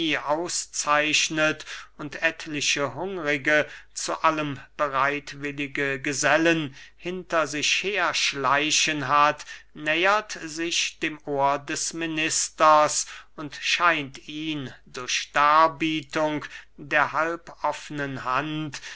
auszeichnet und etliche hungrige zu allem bereitwillige gesellen hinter sich her schleichen hat nähert sich dem ohr des ministers und scheint ihn durch darbietung der halb offnen hand